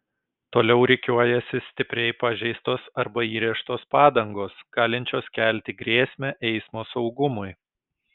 toliau rikiuojasi stipriai pažeistos arba įrėžtos padangos galinčios kelti grėsmę eismo saugumui